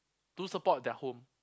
to support their home